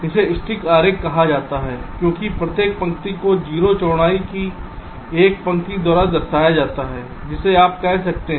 इसे स्टिक आरेख कहा जाता है क्योंकि प्रत्येक पंक्ति को 0 चौड़ाई की एक पंक्ति द्वारा दर्शाया जाता है जिसे आप कह सकते हैं